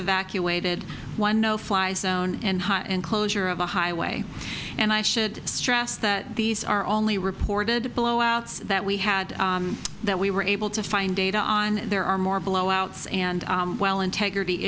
evacuated one no fly zone and closure of a highway and i should stress that these are only reported blowouts that we had that we were able to find data on there are more blowouts and well integrity